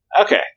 Okay